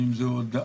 האם זה הודאה,